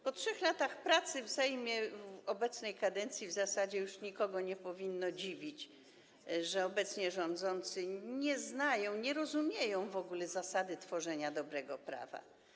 Po 3 latach pracy w Sejmie tej kadencji w zasadzie już nikogo nie powinno dziwić, że obecnie rządzący nie znają, nie rozumieją w ogóle zasady tworzenia dobrego prawa.